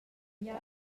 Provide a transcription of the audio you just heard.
empau